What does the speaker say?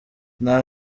nta